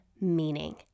meaning